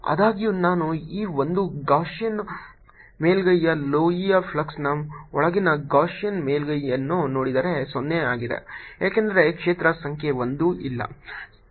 ಆದಾಗ್ಯೂ ನಾನು ಈ ಗಾಸಿಯನ್ ಮೇಲ್ಮೈಯ ಲೋಹೀಯ ಫ್ಲಕ್ಸ್ನ ಒಳಗಿನ ಗಾಸಿಯನ್ ಮೇಲ್ಮೈಯನ್ನು ನೋಡಿದರೆ 0 ಆಗಿದೆ ಏಕೆಂದರೆ ಕ್ಷೇತ್ರ ಸಂಖ್ಯೆ 1 ಇಲ್ಲ